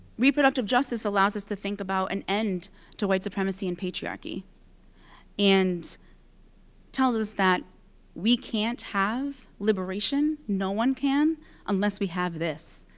reproductive justice allows us to think about an end to white supremacy and patriarchy and tells us that we can't have liberation no one can unless we have this,